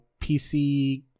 PC